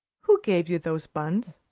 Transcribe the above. who gave you those buns?